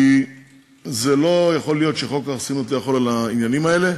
כי לא יכול להיות שחוק החסינות לא יחול על העניינים האלה.